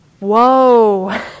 Whoa